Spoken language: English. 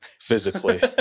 physically